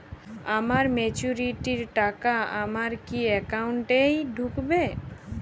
আমার ম্যাচুরিটির টাকা আমার কি অ্যাকাউন্ট এই ঢুকবে?